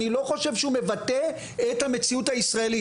אני לא חושב שהוא מבטא את המציאות הישראלית,